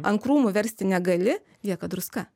ant krūmų versti negali lieka druska